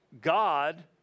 God